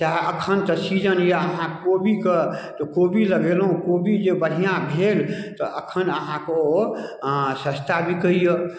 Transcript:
चाहे अखन तऽ सीजन यऽ अहाँ कोबीके तऽ आब कोबी लगेलहुँ कोबी जे बढ़िआँ भेल तऽ अखन अहाँके ओ आओर सस्ता बिकाइए